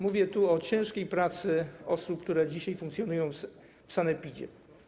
Mówię tu o ciężkiej pracy osób, które dzisiaj funkcjonują w sanepidzie.